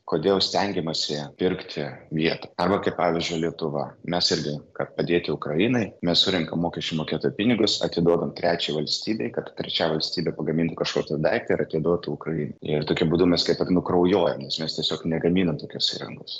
kodėl stengiamasi pirkti vietoj arba kaip pavyzdžiui lietuva mes irgi kad padėti ukrainai mes surenkam mokesčių mokėtojų pinigus atiduodam trečiai valstybei kad trečia valstybė pagamintų kažkokį daiktą ir atiduotų ukrainai ir tokiu būdu mes kaip ir nukraujuojam nes mes tiesiog negaminam tokios įrangos